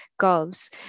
curves